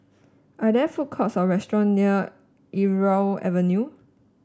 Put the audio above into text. are there food courts or restaurant near Irau Avenue